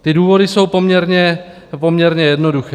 Ty důvody jsou poměrně jednoduché.